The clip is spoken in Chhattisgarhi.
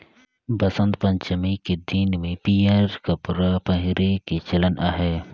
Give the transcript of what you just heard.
बसंत पंचमी के दिन में पीयंर कपड़ा पहिरे के चलन अहे